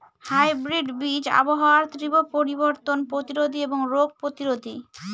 hybrid বীজ আবহাওয়ার তীব্র পরিবর্তন প্রতিরোধী এবং রোগ প্রতিরোধী